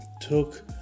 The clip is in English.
took